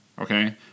okay